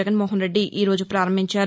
జగన్మోహన్ రెడ్లి ఈ రోజు ప్రారంభించారు